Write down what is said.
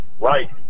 Right